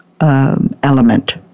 element